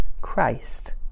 Christ